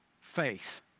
faith